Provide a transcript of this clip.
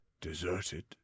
deserted